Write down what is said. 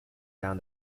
down